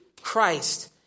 Christ